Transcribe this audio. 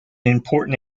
important